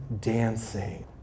dancing